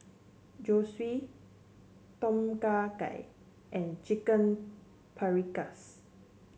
Zosui Tom Kha Gai and Chicken Paprikas